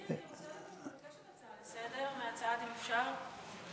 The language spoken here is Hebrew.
אני הייתי רוצה להציע הצעה לסדר מהצד, אם אפשר.